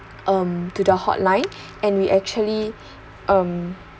um to the hotline and we actually um